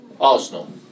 Arsenal